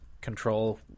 control